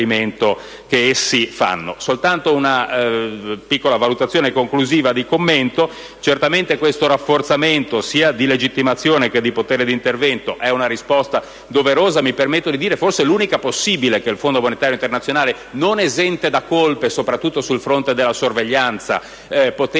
soltanto un piccola valutazione conclusiva di commento: certamente questo rafforzamento, sia di legittimazione che di potere di intervento, è una risposta doverosa, mi permetto di dire forse l'unica possibile che il Fondo monetario internazionale, non esente da colpe soprattutto sul fronte della sorveglianza, poteva